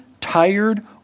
tired